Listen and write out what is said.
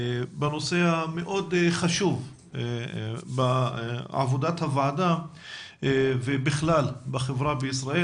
בנושא המאוד חשוב בעבודת הוועדה ובכלל בחברה בישראל,